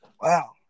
Wow